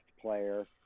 player